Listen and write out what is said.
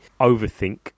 overthink